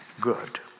good